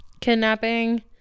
kidnapping